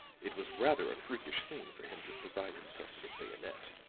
it was rather a freakish thing for him to provide himself with a bayonet.